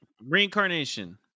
reincarnation